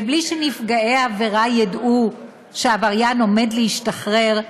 ובלי שנפגעי העבירה ידעו שהעבריין עומד להשתחרר,